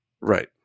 Right